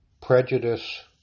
prejudice